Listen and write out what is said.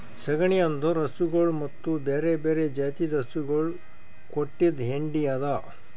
ಸಗಣಿ ಅಂದುರ್ ಹಸುಗೊಳ್ ಮತ್ತ ಬ್ಯಾರೆ ಬ್ಯಾರೆ ಜಾತಿದು ಹಸುಗೊಳ್ ಕೊಟ್ಟಿದ್ ಹೆಂಡಿ ಅದಾ